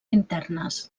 internes